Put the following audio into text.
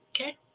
Okay